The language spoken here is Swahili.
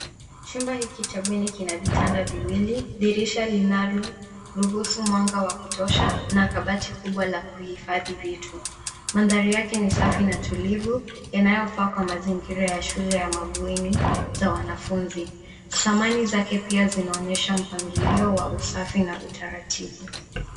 Chumba cha bweni kina vitanda viwili, dirisha linaloruhusu mwanga wa kutosha, na kabati kubwa la kuhifadhi vitu. Mandhari yake ni safi na tulivu, yakifanana na mazingira ya shule za mabweni za wanafunzi. Samani mpya zinaonyesha mpangilio wa usafi na utaratibu.